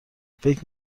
فکر